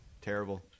terrible